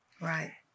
Right